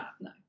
No